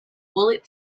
bullet